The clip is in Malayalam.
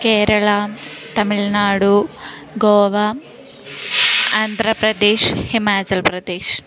കേരള തമിഴ്നാട് ഗോവ ആന്ധ്രാ പ്രദേശ് ഹിമാചൽ പ്രദേശ്